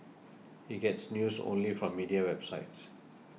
he gets news only from media websites